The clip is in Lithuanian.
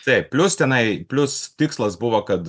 taip plius tenai plius tikslas buvo kad